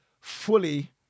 fully